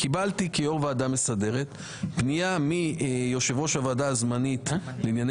קיבלתי כיושב ראש ועדה מסדרת פנייה מיושב ראש הוועדה הזמנית לענייני